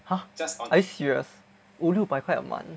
!huh! are you serious 五六百块 a month